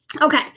Okay